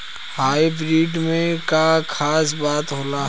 Hybrid में का खास बात होला?